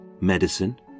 medicine